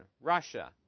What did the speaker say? Russia